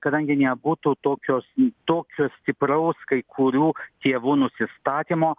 kadangi nebūtų tokios į tokio stipraus kai kurių tėvų nusistatymo